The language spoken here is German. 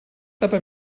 dabei